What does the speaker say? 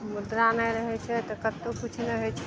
मुद्रा नहि रहय छै तऽ कतहु किछु नहि होइ छै